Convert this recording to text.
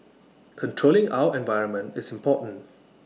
controlling our environment is important